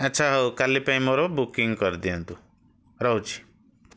ଆଚ୍ଛା ହଉ କାଲି ପାଇଁ ମୋର ବୁକିଙ୍ଗ୍ କରିଦିଅନ୍ତୁ ରହୁଛି